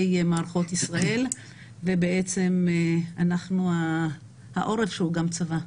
מערכות ישראל ובעצם אנחנו העורף שהוא גם צבא.